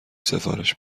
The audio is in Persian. سفارش